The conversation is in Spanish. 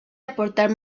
aportar